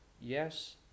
yes